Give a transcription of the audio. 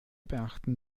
beachten